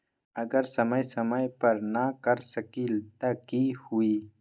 अगर समय समय पर न कर सकील त कि हुई?